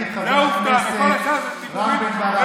ידידי חבר הכנסת רם בן ברק.